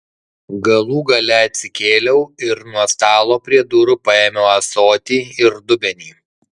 galų gale atsikėliau ir nuo stalo prie durų paėmiau ąsotį ir dubenį